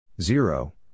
Zero